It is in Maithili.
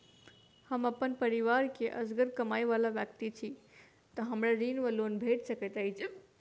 जँ हम अप्पन परिवार मे असगर कमाई वला व्यक्ति छी तऽ हमरा ऋण वा लोन भेट सकैत अछि?